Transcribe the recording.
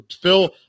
Phil